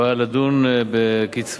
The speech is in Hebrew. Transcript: הבאה לדון בקצבאות,